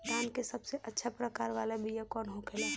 धान के सबसे अच्छा प्रकार वाला बीया कौन होखेला?